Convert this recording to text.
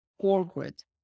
corporate